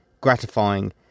gratifying